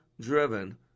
driven